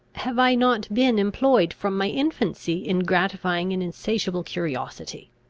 have i not been employed from my infancy in gratifying an insatiable curiosity?